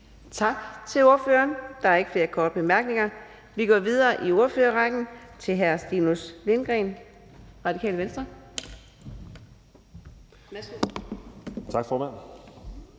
Tak til ordføreren. Der er ikke flere korte bemærkninger. Vi går videre i ordførerrækken til fru Dina Raabjerg,